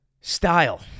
style